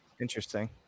Interesting